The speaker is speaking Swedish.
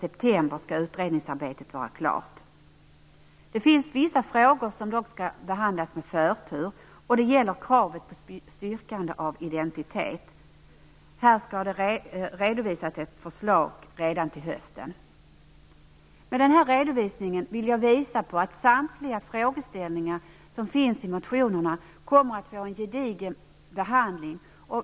Utredningsarbetet skall vara klart den 1 september 1998. Det finns dock vissa frågor som skall behandlas med förtur. Det gäller kravet på styrkande av identitet. Där skall det redovisas ett förslag redan till hösten. Med denna redovisning vill jag visa att samtliga frågeställningar som finns i motionerna kommer att få en gedigen behandling.